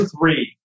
three